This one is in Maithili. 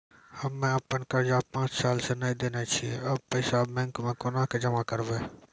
हम्मे आपन कर्जा पांच साल से न देने छी अब पैसा बैंक मे कोना के जमा करबै?